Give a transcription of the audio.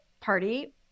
party